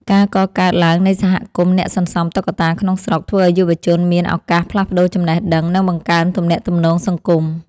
ការកកើតឡើងនៃសហគមន៍អ្នកសន្សំតុក្កតាក្នុងស្រុក ធ្វើឱ្យយុវជនមានឱកាសផ្លាស់ប្តូរចំណេះដឹង និងបង្កើនទំនាក់ទំនងសង្គម។